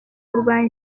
kurwanya